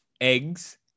Eggs